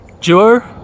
Juo